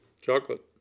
Chocolate